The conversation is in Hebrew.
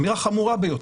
אמירה חמורה ביותר.